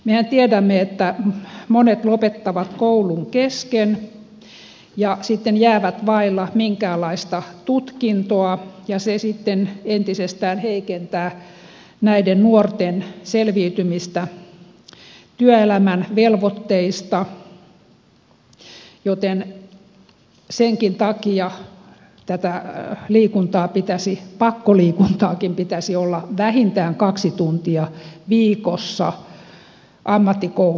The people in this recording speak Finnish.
mehän tiedämme että monet lopettavat koulun kesken ja sitten jäävät vaille minkäänlaista tutkintoa ja se sitten entisestään heikentää näiden nuorten selviytymistä työelämän velvoitteista joten senkin takia tätä liikuntaa pakkoliikuntaakin pitäisi olla vähintään kaksi tuntia viikossa ammattikouluissa